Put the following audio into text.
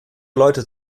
leute